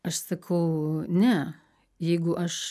aš sakau ne jeigu aš